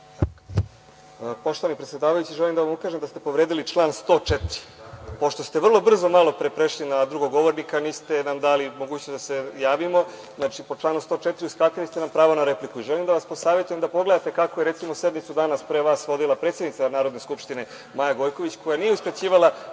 Poštovani predsedavajući, želim da vam ukažem da ste povredili član 104. pošto ste vrlo brzo malo pre prešli na drugog govornika, a niste nam dali mogućnost da se javimo, znači po članu 104. uskratili ste nam pravo na repliku. Želim da vas posavetujem da pogledate kako je recimo danas, pre vas, sednicu vodila predsednica Narodne skupštine Maja Gojković, koja nije uskraćivala